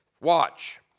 Watch